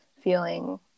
feeling